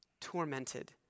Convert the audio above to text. Tormented